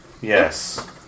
Yes